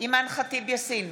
אימאן ח'טיב יאסין,